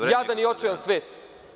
Jadan i očajan svet.